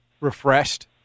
refreshed